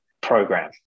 program